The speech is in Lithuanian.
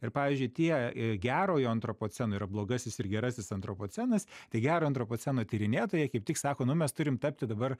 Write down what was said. ir pavyzdžiui tie i gerojo antropoceno yra blogasis ir gerasis antropocenas tai gero antropoceno tyrinėtojai kaip tik sako nu mes turim tapti dabar